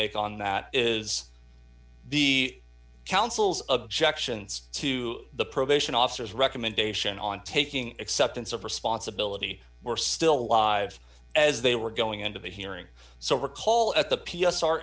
make on that is the council's objections to the probation officers recommendation on taking acceptance of responsibility were still alive as they were going into the hearing so recall at the p